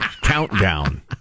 Countdown